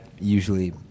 usually